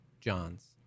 John's